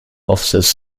offices